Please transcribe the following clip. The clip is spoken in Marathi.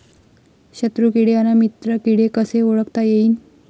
शत्रु किडे अन मित्र किडे कसे ओळखता येईन?